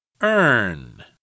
Earn